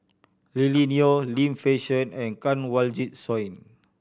Lily Neo Lim Fei Shen and Kanwaljit Soin